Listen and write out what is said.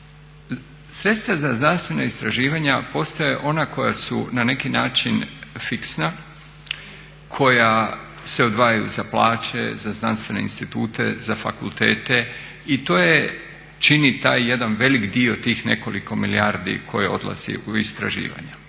Sredstava za znanstvena istraživanja postaju ona koja su na neki način fiksna, koja se odvajaju za plaće , znanstvene institute, za fakultete i to čini taj jedan velik dio tih nekoliko milijardi koje odlazi u istraživanja